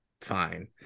fine